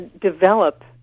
develop